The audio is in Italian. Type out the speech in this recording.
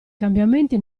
cambiamenti